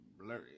blurry